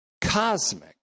cosmic